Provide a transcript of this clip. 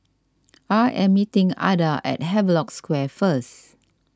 I am meeting Adda at Havelock Square first